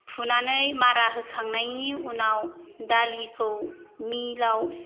फुनानै मारा होखांनायनि उनाव दालिखौ मिलाव